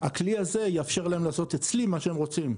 הכלי הזה יאפשר להם לעשות אצלי מה שהם רוצים,